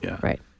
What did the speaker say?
Right